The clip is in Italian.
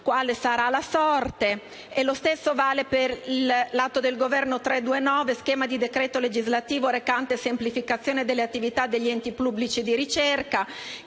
quale sarà la sorte.